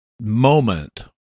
moment